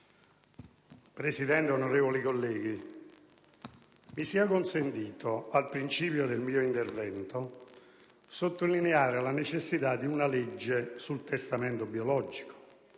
Presidente, colleghi e colleghe, mi sia consentito, al principio del mio intervento, sottolineare la necessità di una legge sul testamento biologico,